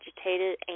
agitated